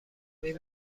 این